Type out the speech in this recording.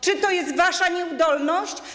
Czy to jest wasza nieudolność?